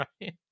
right